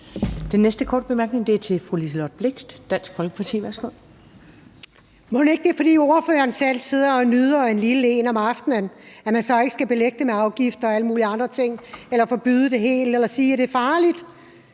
Den næste korte bemærkning er til fru Liselott Blixt, Dansk Folkeparti. Værsgo. Kl. 21:05 Liselott Blixt (DF): Mon ikke det er, fordi ordføreren selv sidder og nyder en lille en om aftenen, at man så ikke skal belægge det med afgifter og alle mulige andre ting eller forbyde det helt eller sige, at det er farligt?